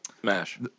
Smash